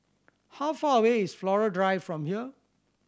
how far away is Flora Drive from here